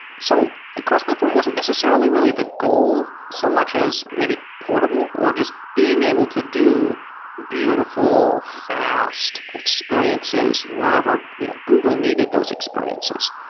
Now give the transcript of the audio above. so ah cross platform wasn't necessarily really the goal, so much as maybe portable or just being able to do beautiful, fast, experiences, wherever you know, google needed those experiences.